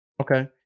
Okay